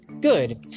Good